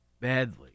badly